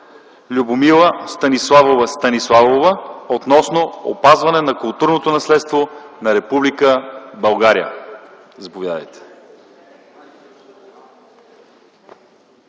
Любомила Станиславова Станиславова относно опазване на културното наследство на Република България. Заповядайте.